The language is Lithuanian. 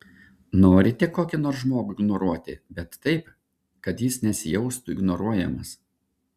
norite kokį nors žmogų ignoruoti bet taip kad jis nesijaustų ignoruojamas